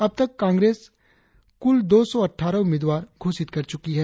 अब तक कांग्रेस कुल दो सौ अट्ठारह उम्मीदवार घोषित कर चुकी है